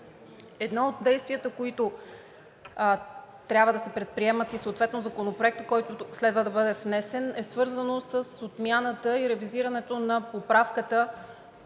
Едно от действията, които трябва да се предприемат, съответно и законопроект, който следва да бъде внесен, е свързано с отмяната и ревизирането на поправката,